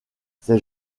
ces